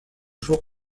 jour